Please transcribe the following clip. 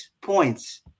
points